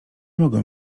mogę